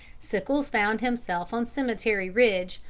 sickles found himself on cemetery ridge,